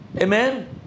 Amen